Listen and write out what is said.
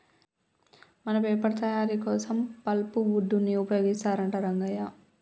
మన పేపర్ తయారీ కోసం పల్ప్ వుడ్ ని ఉపయోగిస్తారంట రంగయ్య